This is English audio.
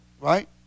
Right